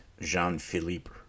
Jean-Philippe